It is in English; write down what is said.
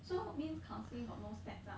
so means counselling got no stats ah